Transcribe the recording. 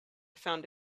found